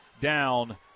down